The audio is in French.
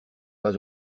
pas